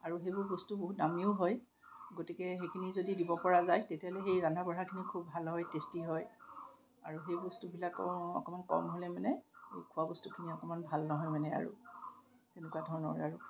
আৰু সেইবোৰ বস্তু বহুত দামীও হয় গতিকে সেইখিনি যদি দিব পৰা যায় তেতিয়াহ'লে সেই ৰান্ধা বঢ়াখিনি খুব ভাল হয় টেষ্টি হয় আৰু সেই বস্তুবিলাক অকণমান কম হ'লে মানে খোৱা বস্তুখিনি অকণমান ভাল নহয় মানে আৰু তেনেকুৱা ধৰণৰ আৰু